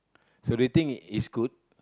so do you think it's good